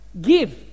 give